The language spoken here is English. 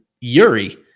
Yuri